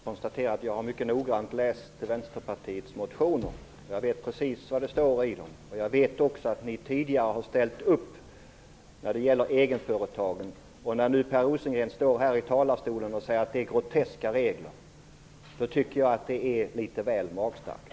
Fru talman! Jag vill bara kort konstatera att jag mycket noggrant har läst Vänsterpartiets motioner, och jag vet precis vad som står i dem. Jag vet också att ni tidigare har ställt upp när det gäller egenföretagen. När nu Per Rosengren står här och säger att reglerna är groteska tycker jag att det är litet väl magstarkt.